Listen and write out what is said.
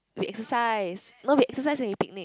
we exercise no we exercise and we picnic